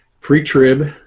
pre-trib